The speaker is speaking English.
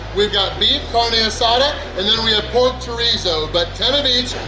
we've got beef carne asada, and then we have pork chorizo. but ten of each!